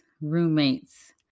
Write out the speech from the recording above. roommates